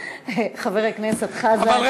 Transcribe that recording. חבר הכנסת חזן,